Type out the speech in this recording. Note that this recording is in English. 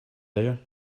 there